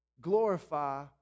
Glorify